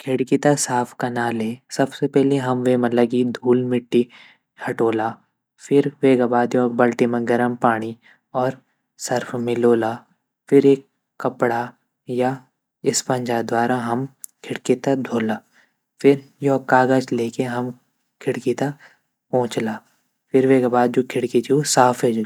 खिड़की त साफ़ कना ले सबसे पैली हम वेमा लगी धूल मिट्टी हटो ला फिर वेगा बाद योक बाल्टी म हम पाणी और सर्फ मिलोन्ला फिर एक कपड़ा या स्पंजा द्वारा हम खिड़की त ध्वोला फिर योक काग़ज़ ल्ये के हम खिड़की त पोंछला फिर वेगा बाद जू खिड़की ची ऊ साफ़ वे जोली।